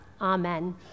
Amen